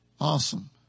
Awesome